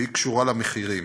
והיא קשורה למחירים.